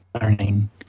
learning